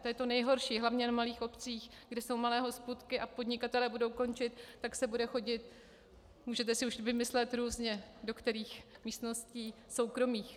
To je to nejhorší, hlavně na malých obcích, kde jsou malé hospůdky a podnikatelé budou končit, tak se bude chodit můžete si už vymyslet různě, do kterých místností soukromých.